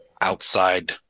outside